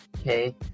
Okay